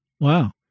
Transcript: Wow